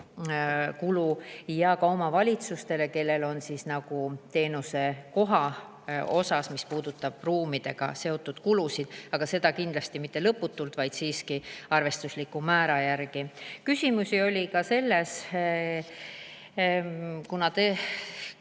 kui ka omavalitsustel, kellel on [vastutus] teenusekoha eest. See puudutab ruumidega seotud kulusid, aga seda kindlasti mitte lõputult, vaid siiski arvestusliku määra järgi. Küsimusi oli ka [muid].